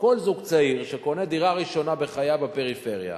כל זוג צעיר שקונה דירה ראשונה בחייו בפריפריה,